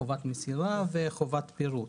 חובת מסירה וחובת פירוט.